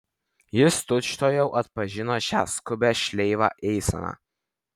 jis tučtuojau atpažino šią skubią šleivą eiseną